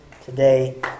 today